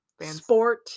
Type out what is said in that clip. sport